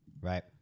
right